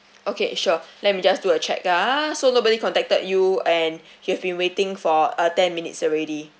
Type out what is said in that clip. okay sure let me just do a check uh so nobody contacted you and you've been waiting for uh ten minutes already